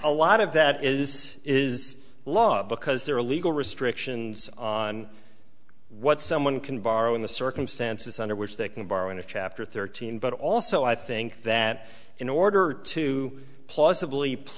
a lot of that is is law because there are legal restrictions on what someone can borrow in the circumstances under which they can borrow into chapter thirteen but also i think that in order to plausibly plea